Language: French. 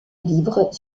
livre